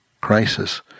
crisis